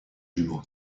jumeaux